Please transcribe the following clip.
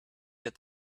that